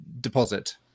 deposit